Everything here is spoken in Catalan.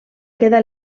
quedar